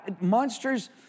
monsters